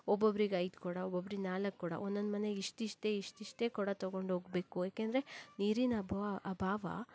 ಒಬ್ಬೊಬ್ಬರಿಗೆ ಐದು ಕೊಡ ಒಬ್ಬೊಬ್ಬರಿಗೆ ನಾಲ್ಕು ಕೊಡ ಒಂದೊಂದು ಮನೆಗೆ ಇಷ್ಟಿಷ್ಟೇ ಇಷ್ಟಿಷ್ಟೇ ಕೊಡ ತೊಗೊಂಡು ಹೋಗಬೇಕು ಯಾಕೆಂದರೆ ನೀರಿನ ಅಬವ ಅಭಾವ